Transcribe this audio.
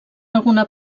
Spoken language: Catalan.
alguna